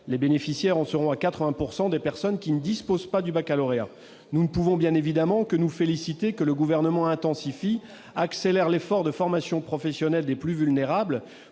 Les bénéficiaires seront à 80 % des personnes ne disposant pas du baccalauréat. Nous ne pouvons que nous féliciter que le Gouvernement intensifie et accélère l'effort de formation professionnelle des plus vulnérables